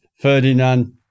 ferdinand